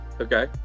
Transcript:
Okay